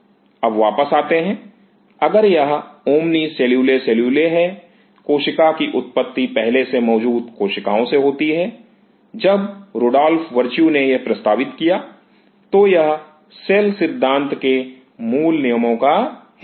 अब वापस आते हैं अगर यह ओमनी सेल्यूले सेल्यूले है कोशिका की उत्पत्ति पहले से मौजूद कोशिकाओं से होती है जब रूडोल्फ वर्च्यू ने यह प्रस्तावित किया तो यह सेल सिद्धांत के मूल नियमों का हिस्सा था